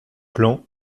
plan